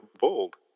Bold